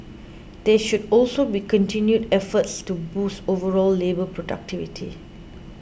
there should also be continued efforts to boost overall labour productivity